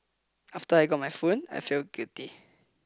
after I got my phone I felt guilty